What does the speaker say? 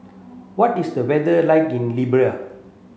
what is the weather like in Libya